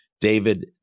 David